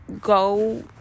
go